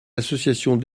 associations